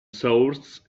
source